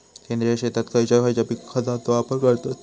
सेंद्रिय शेतात खयच्या खयच्या खतांचो वापर करतत?